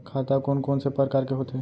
खाता कोन कोन से परकार के होथे?